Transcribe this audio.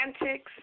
antics